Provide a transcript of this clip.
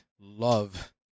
love